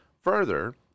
Further